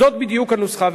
זאת בדיוק הנוסחה.